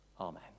Amen